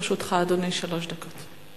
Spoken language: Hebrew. לרשותך, אדוני, שלוש דקות.